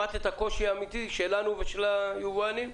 שמעת את הקושי האמיתי שלנו ושל היבואנים?